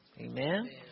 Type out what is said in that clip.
Amen